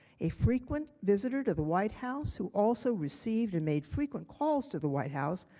a frequent visitor to the white house who also received and made frequent calls to the white house,